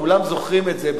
כולם זוכרים את זה,